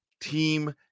team